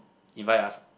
invite us